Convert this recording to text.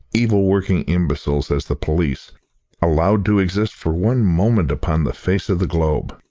evil-working imbeciles as the police allowed to exist for one moment upon the face of the globe?